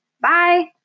Bye